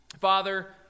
Father